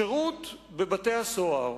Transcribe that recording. שירות בבתי-הסוהר